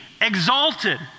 exalted